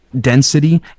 density